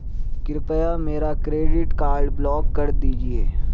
कृपया मेरा credit card block कर दीजिए